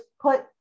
put